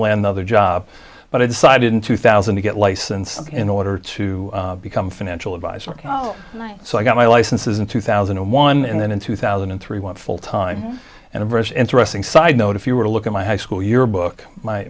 the other job but i decided in two thousand to get licensed in order to become financial advisor so i got my licenses in two thousand and one and then in two thousand and three went full time and a verse interesting side note if you were to look at my high school yearbook my